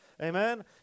Amen